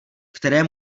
které